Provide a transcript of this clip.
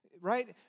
right